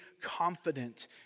confident